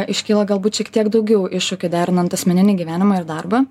iškyla galbūt šiek tiek daugiau iššūkių derinant asmeninį gyvenimą ir darbą